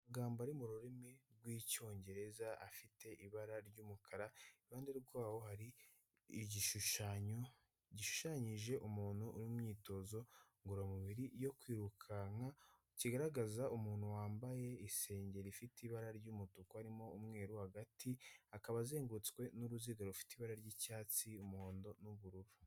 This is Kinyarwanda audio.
Amagambo ari mu rurimi rw'Icyongereza afite ibara ry'umukara, iruhande rwayo hari igishushanyo gishushanyije umuntu uri mu myitozo ngororamubiri yo kwirukanka, kigaragaza umuntu wambaye isengeri ifite ibara ry'umutuku, harimo umweru hagati, akaba azengurutswe n'uruziga rufite ibara ry'icyatsi, umuhondo, n'ubururu.